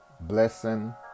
blessing